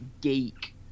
geek